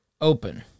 open